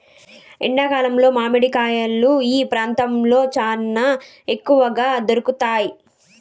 ఎండా కాలంలో మామిడి కాయలు మా ప్రాంతంలో చానా తక్కువగా దొరుకుతయ్